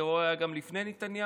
הטרור היה גם לפני נתניהו,